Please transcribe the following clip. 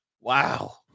Wow